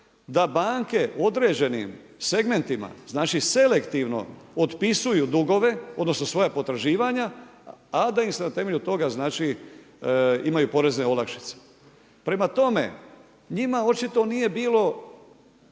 da banke određenim segmentima, znači selektivno otpisuju dugove, odnosno svoja potraživanja, a da ih se na temelju toga, znači imaju porezne olakšice. Prema tome, njima očito nije bilo